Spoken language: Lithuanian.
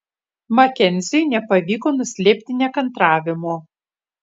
makenziui nepavyko nuslėpti nekantravimo